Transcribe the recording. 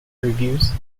reviews